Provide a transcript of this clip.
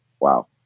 Wow